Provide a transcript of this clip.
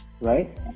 right